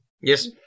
Yes